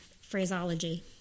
phraseology